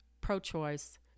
pro-choice